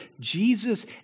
Jesus